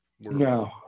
No